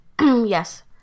Yes